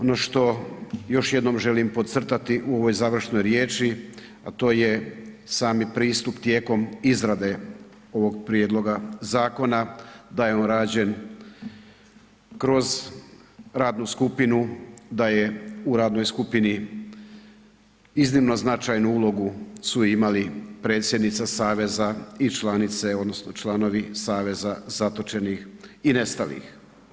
Ono što još jednom želim pocrtati u ovoj završnoj riječi a to je sami pristup tijekom izrade ovog prijedloga zakona, da je on rađen kroz radnu skupinu, da je u radnoj skupini iznimno značajnu ulogu su imali predsjednica saveza i članice, odnosno članovi Saveza zatočenih i nestalih.